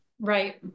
Right